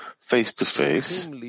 face-to-face